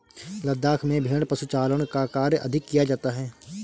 लद्दाख में भेड़ पशुचारण का कार्य अधिक किया जाता है